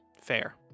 fair